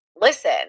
listen